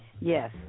Yes